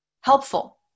helpful